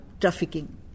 trafficking